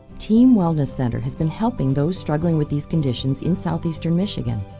team wellness center has been helping those struggling with these conditions in southeastern michigan.